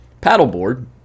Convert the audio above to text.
paddleboard